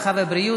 הרווחה והבריאות,